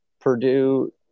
Purdue